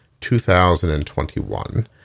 2021